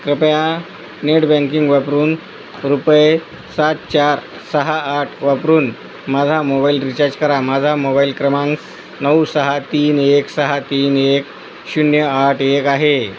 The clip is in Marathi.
कृपया नेट बँकिंग वापरून रुपये सात चार सहा आठ वापरून माझा मोबाईल रिचार्ज करा माझा मोबाईल क्रमांक नऊ सहा तीन एक सहा तीन एक शून्य आठ एक आहे